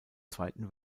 zweiten